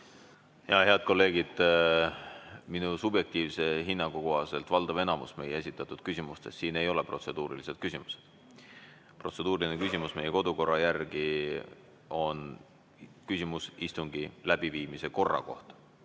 Head kolleegid! Minu subjektiivse hinnangu kohaselt ei ole valdav osa meie esitatud küsimustest siin protseduurilised küsimused. Protseduuriline küsimus on kodukorra järgi küsimus istungi läbiviimise korra kohta: